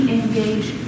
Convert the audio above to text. engage